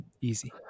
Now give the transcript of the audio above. Easy